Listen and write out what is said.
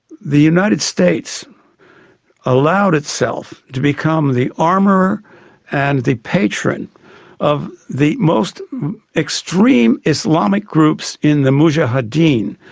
the united states allowed itself to become the armourer and the patron of the most extreme islamic groups in the mujahadeen,